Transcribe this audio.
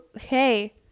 hey